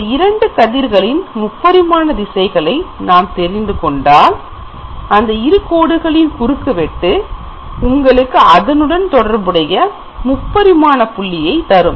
அந்த இரண்டு கதிர்களின் முப்பரிமான திசைகளை நாம் தெரிந்துகொண்டால் அந்த இரு கோடுகளின் குறுக்குவெட்டு உங்களுக்கு அதனுடன் தொடர்புடைய முப்பரிமான புள்ளியை தரும்